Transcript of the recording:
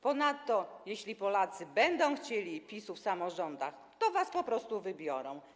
Ponadto jeśli Polacy będą chcieli PiS-u w samorządach, to was po prostu wybiorą.